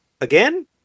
again